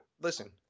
Listen